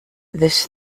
this